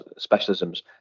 specialisms